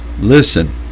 listen